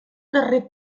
darrer